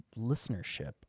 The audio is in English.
listenership